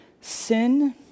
Sin